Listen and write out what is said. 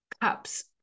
cups